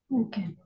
okay